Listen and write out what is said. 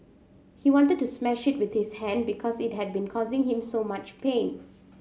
he wanted to smash it with his hand because it had been causing him so much pain